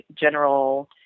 general